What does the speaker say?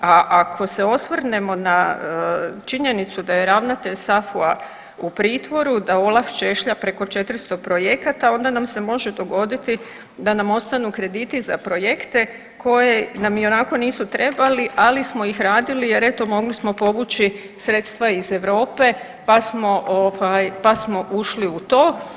A ako se osvrnemo na činjenicu da je ravnatelj SAFU-a u pritvoru, da OLAF češlja preko 400 projekata onda nam se može dogoditi da nam ostanu krediti za projekte koje nam ionako nisu trebali, ali smo ih radili jer eto mogli smo povući sredstva iz Europe pa smo ovaj pa smo ušli u to.